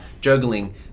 juggling